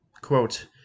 Quote